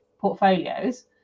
portfolios